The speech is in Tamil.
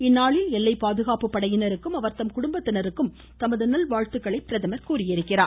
இந்நாளில் எல்லை பாதுகாப்பு படையினருக்கும் அவர்தம் குடும்பத்தினருக்கும் தமது நல்வாழ்த்துக்களை பிரதமர் தெரிவித்துள்ளார்